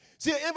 See